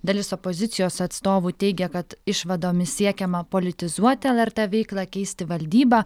dalis opozicijos atstovų teigia kad išvadomis siekiama politizuoti lrt veiklą keisti valdybą